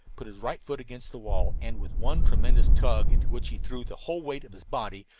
put his right foot against the wall, and, with one tremendous tug, into which he threw the whole weight of his body,